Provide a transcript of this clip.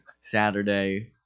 Saturday